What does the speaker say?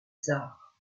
tsars